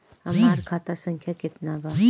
हमार खाता संख्या केतना बा?